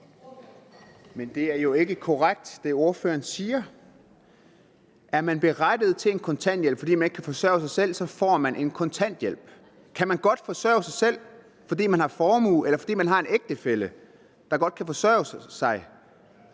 siger, er jo ikke korrekt. Er man berettiget til en kontanthjælp, fordi man ikke kan forsørge sig selv, så får man en kontanthjælp. Kan man godt forsørge sig selv, fordi man har formue, eller fordi man har en ægtefælle, der godt kan forsørge en,